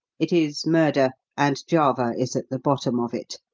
it is murder, and java is at the bottom of it.